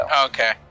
Okay